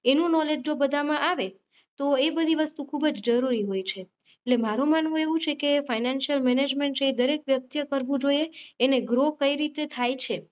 એનું નોલેજ જો બધામાં આવે તો એ બધી વસ્તુ ખૂબ જ જરૂરી હોય છે એટલે મારું માનવું એવું છે કે ફાઇનાન્સિયલ મેનેજમેન્ટ છે એ દરેક વ્યક્તિએ કરવું જોઈએ એને ગ્રો કઈ રીતે થાય છે